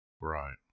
right